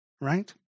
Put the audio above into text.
right